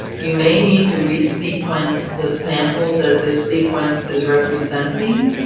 you may need to resequence the sample that the sequence is representing.